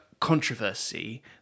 controversy